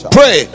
Pray